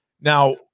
Now